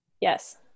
yes